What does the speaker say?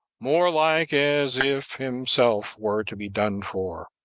more like as if himself were to be done for.